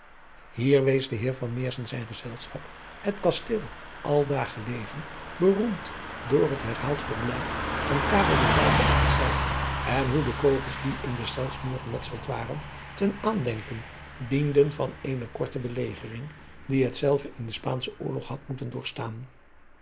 ier wees de eer zijn gezelschap het asteel aldaar gelegen beroemd door het herhaald verblijf op hetzelve en hoe de kogels die in deszelfs muur gemetseld waren ten aandenken dienden van eene korte belegering die hetzelve in den paanschen oorlog had moeten doorstaan